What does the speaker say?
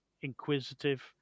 inquisitive